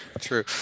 true